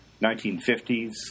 1950s